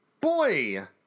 Boy